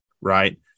right